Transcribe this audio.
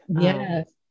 Yes